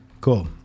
Cool